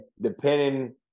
depending